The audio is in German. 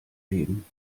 leben